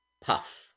puff